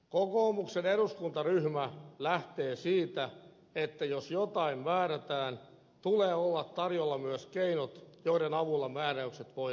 kokoomuksen eduskuntaryhmä lähtee siitä että jos jotain määrätään tulee olla tarjolla myös keinot joiden avulla määräykset voidaan täyttää